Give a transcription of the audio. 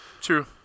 true